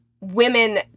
women